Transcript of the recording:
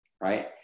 right